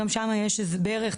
גם שמה יש בערך,